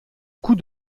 coup